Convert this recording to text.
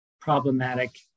problematic